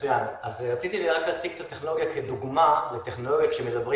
רציתי להציג את הטכנולוגיה כדוגמה לטכנולוגיות שמדברים